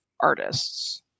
artists